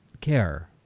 care